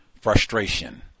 frustration